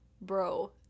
Bro